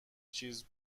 چیز